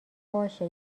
باشه